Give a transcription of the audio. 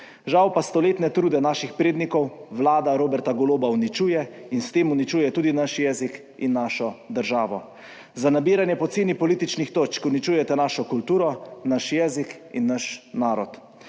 Žal pa stoletne trude naših prednikov Vlada Roberta Goloba uničuje in s tem uničuje tudi naš jezik in našo državo. Za nabiranje poceni političnih točk uničujete našo kulturo, naš jezik in naš narod.